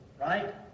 right